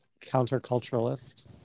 counterculturalist